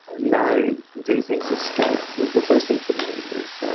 now do things at scale? the first thing for me is,